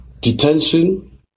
detention